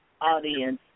audience